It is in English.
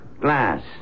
Glass